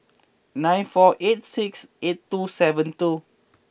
nine four eight six eight two seven two